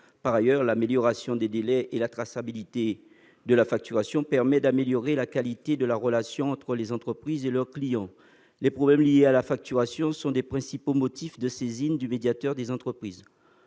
Par ailleurs, l'amélioration des délais et la traçabilité de la facturation permettent d'améliorer la qualité de la relation entre les entreprises et leurs clients : les problèmes liés à la facturation sont l'un des principaux motifs de saisine du médiateur des entreprises.